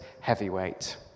heavyweight